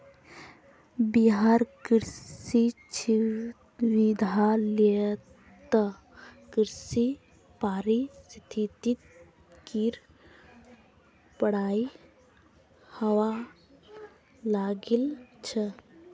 बिहार कृषि विश्वविद्यालयत कृषि पारिस्थितिकीर पढ़ाई हबा लागिल छ